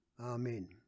Amen